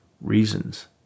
Reasons